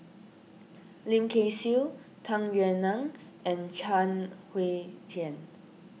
Lim Kay Siu Tung Yue Nang and Chuang Hui Tsuan